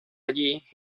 allí